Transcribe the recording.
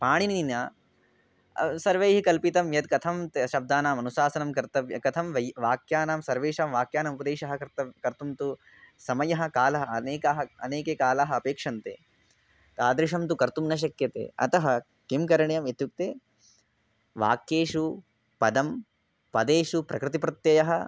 पाणिनीना सर्वैः कल्पितं यत् कथं त् शब्दानाम् अनुशासनं कर्तव्यं कथं वैय् वाक्यानां सर्वेषां वाक्यानाम् उपदेशः कर्तव्यः कर्तुं तु समयः कालः अनेकाः अनेके कालाः अपेक्षन्ते तादृशं तु कर्तुं न शक्यते अतः किं करणीयम् इत्युक्ते वाक्येषु पदं पदेषु प्रकृतिः प्रत्ययः